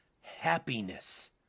happiness